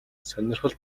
сонирхол